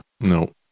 No